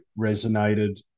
resonated